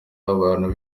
abantu